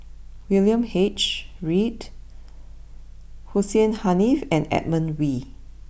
William H Read Hussein Haniff and Edmund Wee